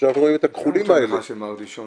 שאנחנו רואים את הכחולים האלה ----- שמר דישון